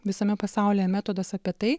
visame pasaulyje metodas apie tai